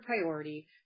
priority